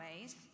ways